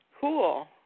cool